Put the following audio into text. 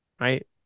Right